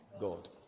God